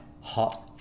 hot